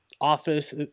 office